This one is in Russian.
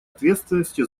ответственности